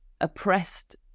oppressed